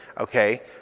Okay